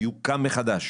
יוקם מחדש